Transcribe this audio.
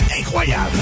incroyable